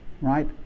Right